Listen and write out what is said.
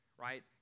right